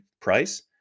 price